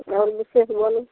आओर बिशेष बोलू